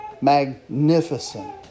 magnificent